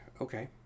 okay